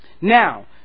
Now